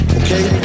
okay